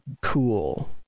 cool